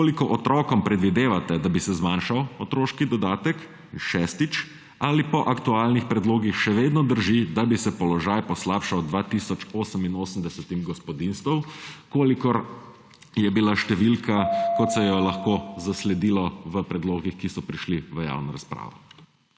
Koliko otrokom, predvidevate, bi se zmanjšal otroški dodatek? Ali po aktualnih predlogih še vedno drži, da bi se položaj poslabšal 2 tisoč 88 gospodinjstev, kakršna je bila številka, ki se jo je lahko zasledilo v predlogih, ki so prišli v javno razpravo?